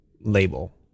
label